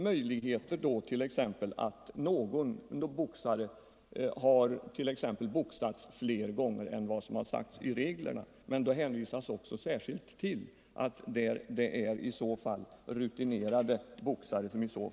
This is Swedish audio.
Möjligheter har dock funnits för någon boxare att boxas flera gånger än reglerna föreskriver. Då hänvisas det emellertid särskilt till att det gällt rutinerade boxare.